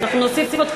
תוסיפי אותי.